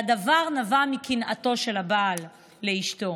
והדבר נבע מקנאתו של הבעל לאשתו.